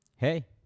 Hey